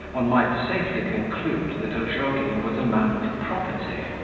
one might safely conclude that ozhogin was a man of property.